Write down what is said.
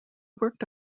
worked